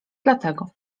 dlatego